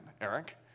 Eric